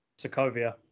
Sokovia